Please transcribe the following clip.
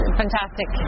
fantastic